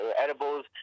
edibles